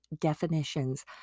definitions